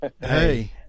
Hey